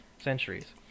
Centuries